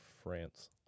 france